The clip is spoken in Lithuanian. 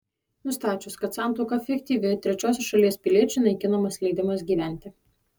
nustačius kad santuoka fiktyvi trečiosios šalies piliečiui naikinamas leidimas gyventi